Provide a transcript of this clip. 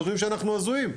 הם חושבים שאנחנו הזויים.